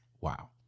wow